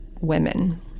women